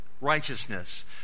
Righteousness